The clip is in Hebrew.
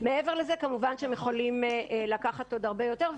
מעבר לזה, כמובן, הם יכולים לקחת עוד הרבה יותר.